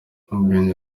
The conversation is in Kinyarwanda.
ubwenge